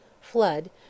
Flood